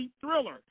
thriller